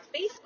Facebook